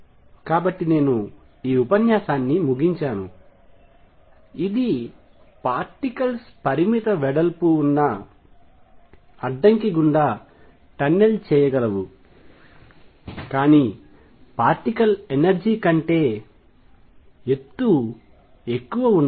కాబట్టి నేను ఈ ఉపన్యాసాన్ని ముగించాను ఇది పార్టికల్స్ పరిమిత వెడల్పు ఉన్న అడ్డంకి గుండా టన్నెల్ చేయగలవు కానీ పార్టికల్ ఎనర్జీ కంటే ఎత్తు ఎక్కువ ఉండాలి